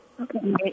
Okay